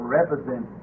represent